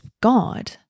God